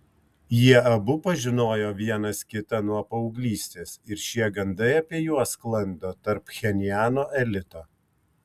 jie abu pažinojo vienas kitą nuo paauglystės ir šie gandai apie juos sklando tarp pchenjano elito